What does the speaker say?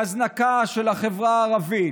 בהזנקה של החברה הערבית,